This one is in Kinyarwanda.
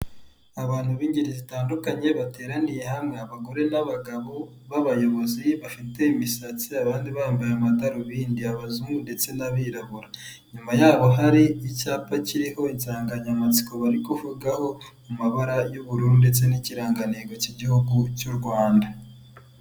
Abantu b'ingeri zitandukanye bateraniye hamwe abagore n'abagabo b'abayobozi bafite imisatsi, abandi bambaye amadarubindi, abazungu ndetse n'abirabura. Inyuma yabo hari icyapa kiriho insanganyamatsiko bari kuvugaho mu mabara y'ubururu ndetse n'ikirangantego cy'igihugu cy'u Rwanda.